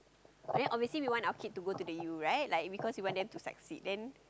then obviously we want our kid to go to the uni right because we want them to succeed then